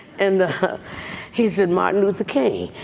and he said martin luther king,